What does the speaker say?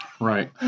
Right